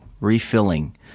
refilling